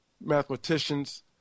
mathematicians